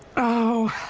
oh,